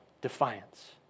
defiance